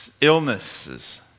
illnesses